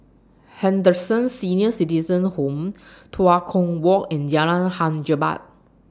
Henderson Senior Citizens' Home Tua Kong Walk and Jalan Hang Jebat